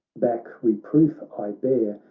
back reproof i bear.